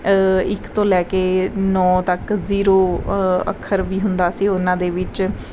ਇੱਕ ਤੋਂ ਲੈ ਕੇ ਨੌ ਤੱਕ ਜ਼ੀਰੋ ਅੱਖਰ ਵੀ ਹੁੰਦਾ ਸੀ ਉਹਨਾਂ ਦੇ ਵਿੱਚ